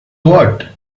what